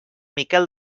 miquel